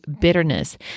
bitterness